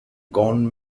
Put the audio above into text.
gone